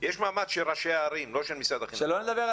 יש מאמץ של ראשי הערים ולא של משרד החינוך.